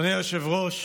אדוני היושב-ראש,